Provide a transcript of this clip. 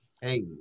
Hey